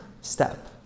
step